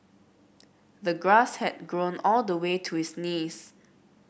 the grass had grown all the way to his knees